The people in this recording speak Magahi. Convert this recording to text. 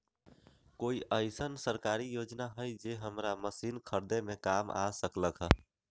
कोइ अईसन सरकारी योजना हई जे हमरा मशीन खरीदे में काम आ सकलक ह?